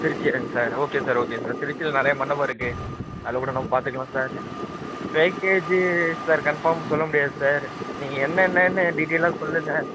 திருச்சியாங்க sir okay sir okay sir திருச்சியில் நிறையா மண்டபம் இருக்குது அதில் கூட நம்ம பார்த்துக்கலாம் சார் பேக்கேஜி சார் கன்ஃபார்ம் சொல்ல முடியாது சார் நீங்கள் என்னென்னன்னு டீட்டெயிலாக சொல்லுங்கள்